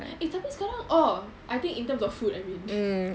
eh tapi sekarang oh I think in terms of food I mean